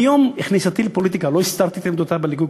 מיום כניסתי לפוליטיקה לא הסתרתי את עמדותי בליכוד,